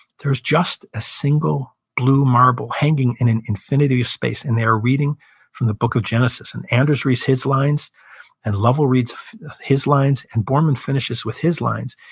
there's just a single blue marble hanging in an infinity of space. and they were reading from the book of genesis. and anders reads his lines and lovell reads his lines and borman finishes with his lines.